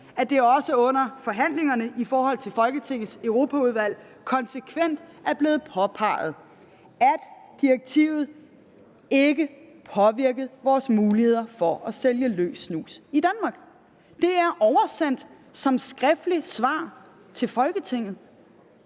at det også under forhandlingerne i Folketingets Europaudvalg konsekvent er blevet påpeget, at direktivet ikke påvirkede vores muligheder for at sælge løs snus i Danmark. Det er oversendt som skriftligt svar til Folketinget.